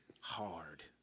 hard